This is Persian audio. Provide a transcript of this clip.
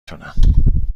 تونم